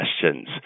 questions